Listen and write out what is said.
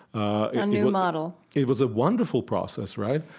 a new model it was a wonderful process, right?